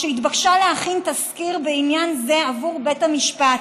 שהתבקשה להכין תזכיר בעניין זה עבור בית המשפט,